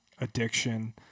addiction